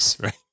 Right